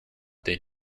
they